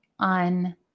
On